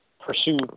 pursue